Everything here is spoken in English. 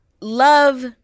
love